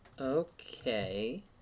Okay